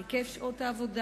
את היקף שעות העבודה,